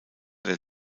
der